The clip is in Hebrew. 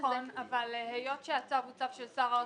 זה נכון, אבל מכיוון שהצו הוא צו של שר האוצר,